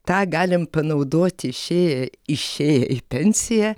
tą galim panaudoti išėję išėję į pensiją